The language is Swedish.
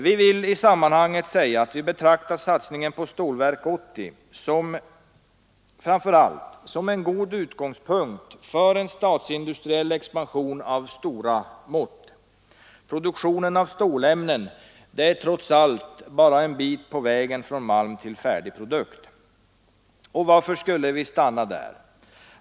Vi vill i det här sammanhanget säga att vi betraktar satsningen på Stålverk 80 som en god utgångspunkt för en statsindustriell expansion av stora mått. Produktionen av stålämnen är bara en bit på vägen från malm till färdig produkt. Och varför skall vi stanna där?